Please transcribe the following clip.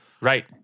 Right